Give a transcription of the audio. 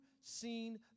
seen